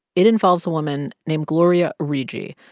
it involves a woman named gloria origgi,